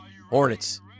Hornets